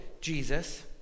Jesus